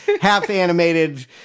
half-animated